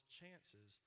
chances